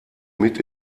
mit